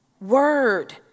Word